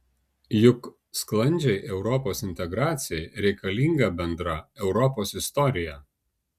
juk sklandžiai europos integracijai reikalinga bendra europos istorija